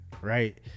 right